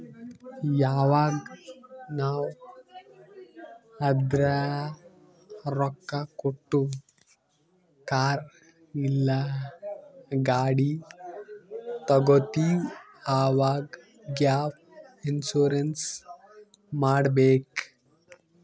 ಯವಾಗ್ ನಾವ್ ಅರ್ಧಾ ರೊಕ್ಕಾ ಕೊಟ್ಟು ಕಾರ್ ಇಲ್ಲಾ ಗಾಡಿ ತಗೊತ್ತಿವ್ ಅವಾಗ್ ಗ್ಯಾಪ್ ಇನ್ಸೂರೆನ್ಸ್ ಮಾಡಬೇಕ್